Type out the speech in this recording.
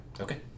Okay